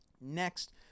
Next